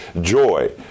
joy